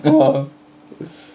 ya lor